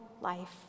life